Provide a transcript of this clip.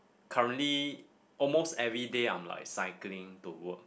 currently almost everyday I'm like cycling to work